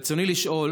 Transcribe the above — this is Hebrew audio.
ברצוני לשאול: